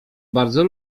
bardzo